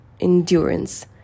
endurance